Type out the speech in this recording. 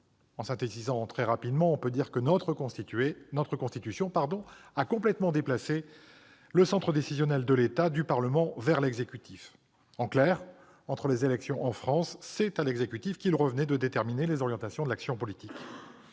En synthétisant, on peut dire que notre Constitution a complètement déplacé le centre décisionnel de l'État, du Parlement vers l'exécutif. En clair, entre les élections en France, c'est à l'exécutif qu'il revenait de déterminer les orientations de l'action politique.